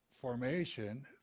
formation